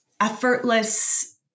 effortless